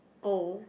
oh